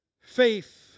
Faith